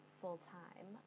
full-time